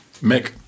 Mick